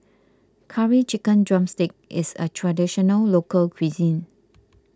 Curry Chicken Drumstick is a Traditional Local Cuisine